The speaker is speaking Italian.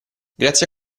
grazie